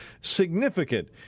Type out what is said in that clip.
significant